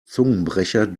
zungenbrecher